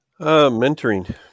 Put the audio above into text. Mentoring